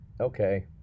okay